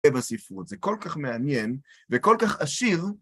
בספרות, זה כל כך מעניין וכל כך עשיר.